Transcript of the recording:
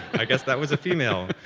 i guess that was a female.